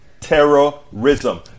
terrorism